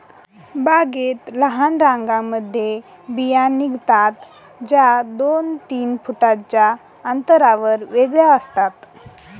बागेत लहान रांगांमध्ये बिया निघतात, ज्या दोन तीन फुटांच्या अंतरावर वेगळ्या असतात